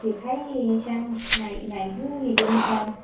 देखाय हैनोसै आं नायहो हैजोबनोसै आं